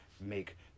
make